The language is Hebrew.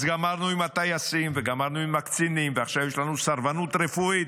אז גמרנו עם הטייסים וגמרנו עם הקצינים ועכשיו יש לנו סרבנות רפואית.